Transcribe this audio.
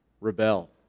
rebel